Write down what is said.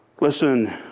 Listen